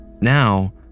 now